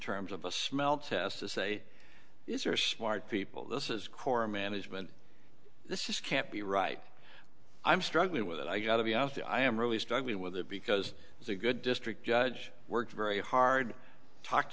terms of a smell test to say these are smart people this is core management this just can't be right i'm struggling with it i got to be out there i am really struggling with it because it's a good district judge worked very hard talked